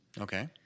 Okay